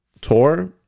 tour